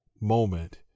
moment